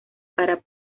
para